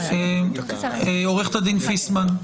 עורכת הדין פיסמן,